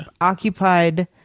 occupied